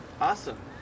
Awesome